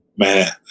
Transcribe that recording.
Man